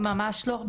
ממש לא.